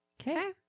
Okay